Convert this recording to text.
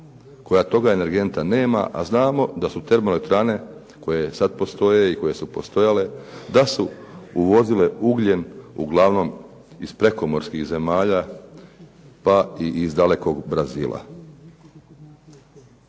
Koja tog energenta nema, a znamo da su termoelektrane koje sad postoje i koje su postojale da su uvozile ugljen uglavnom iz prekomorskih zemalja pa i iz dalekog Brazila.